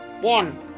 One